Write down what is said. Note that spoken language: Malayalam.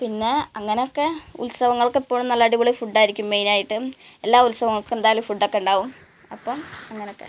പിന്നെ അങ്ങനെയൊക്കെ ഉത്സവങ്ങൾക്ക് എപ്പോഴും നല്ല അടിപൊളി ഫുഡ്ഡായിരിക്കും മെയിനായിട്ടും എല്ലാ ഉത്സവങ്ങൾക്ക് എന്തായാലും ഫുഡൊക്കെ ഉണ്ടാവും അപ്പം അങ്ങനെ ഒക്കെ